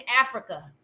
Africa